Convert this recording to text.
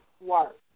work